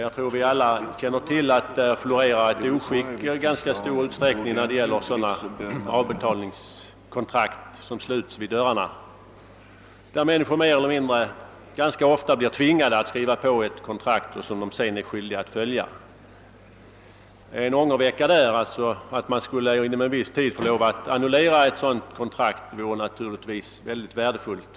Jag tror att vi alla kän ner till att det i ganska stor utsträckning florerar ett oskick när det gäller avbetalningskontrakt som sluts vid dörrarna, där människor ganska ofta mer eller mindre blir tvingade att skriva på kontrakt som de sedan är skyldiga att fullfölja. En ångervecka, som ailtså skulle innebära, att man finge möjlighet att inom viss tid annullera ett sådant kontrakt, vore naturligtvis mycket värdefull.